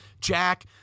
Jack